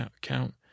Count